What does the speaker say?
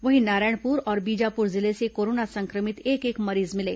वहीं नारायणपुर और बीजापुर जिले से कोरोना संक्रमित एक एक मरीज मिले